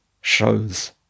shows